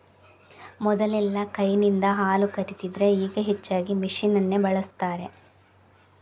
ಮೊದಲೆಲ್ಲಾ ಕೈನಿಂದ ಹಾಲು ಕರೀತಿದ್ರೆ ಈಗ ಹೆಚ್ಚಾಗಿ ಮೆಷಿನ್ ಅನ್ನೇ ಬಳಸ್ತಾರೆ